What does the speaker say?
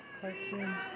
cartoon